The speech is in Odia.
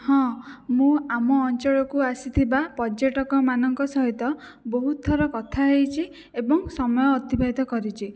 ହଁ ମୁଁ ଆମ ଅଞ୍ଚଳକୁ ଆସିଥିବା ପର୍ଯ୍ୟଟକମାନଙ୍କ ସହିତ ବହୁତ ଥର କଥା ହୋଇଛି ଏବଂ ସମୟ ଅତିବାହିତ କରିଛି